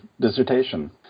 dissertation